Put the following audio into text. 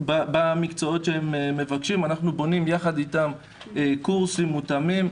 במקצועות שהם מבקשים אנחנו בונים יחד אתם קורסים מותאמים.